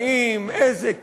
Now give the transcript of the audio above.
מופלאים, איזה כישרונות,